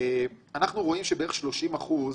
האם לוועדת ההשקעות יש סמכות עד שלב ה' לשנות תנאים,